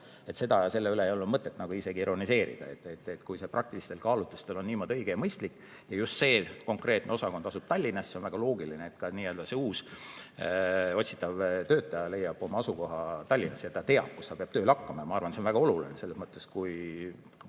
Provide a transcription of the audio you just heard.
Selle üle ei ole mõtet isegi ironiseerida. Kui see praktilistel kaalutlustel on niimoodi õige ja mõistlik ja just see konkreetne osakond asub Tallinnas, siis on väga loogiline, et ka see uus otsitav töötaja leiab oma asukoha Tallinnas ja ta teab, kus ta peab tööle hakkama. Ma arvan, et see on väga oluline, selles mõttes, et